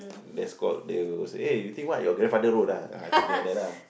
that's called the eh you think what your grandfather road ah ah something like that ah